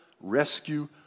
rescue